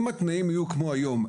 אם התנאים יהיו כמו היום,